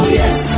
yes